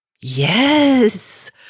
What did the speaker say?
Yes